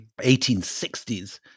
1860s